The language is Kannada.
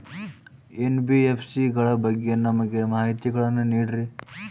ಎನ್.ಬಿ.ಎಫ್.ಸಿ ಗಳ ಬಗ್ಗೆ ನಮಗೆ ಮಾಹಿತಿಗಳನ್ನ ನೀಡ್ರಿ?